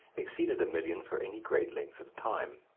exceeded a million for any great length of time.